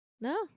No